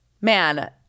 man